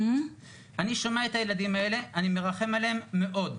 אני שומע את הילדים האלה, אני מרחם עליהם מאוד,